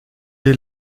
est